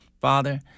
Father